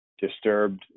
disturbed